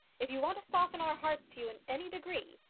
if you want to soften our hearts to you in any degree,